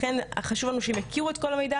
לכן חשוב לנו שהם יכירו את כל המידע